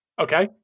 Okay